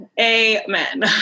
Amen